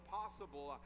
possible